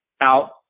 out